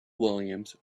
williams